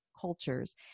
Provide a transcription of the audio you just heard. cultures